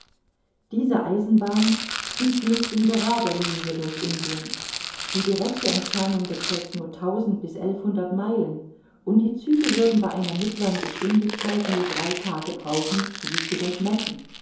diese eisenbahn zieht nicht in gerader linie durch indien die directe entfernung beträgt nur tausend bis elfhundert meilen und die züge würden bei einer mittlern geschwindigkeit nur drei tage brauchen sie zu durchmessen